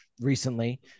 recently